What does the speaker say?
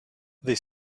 they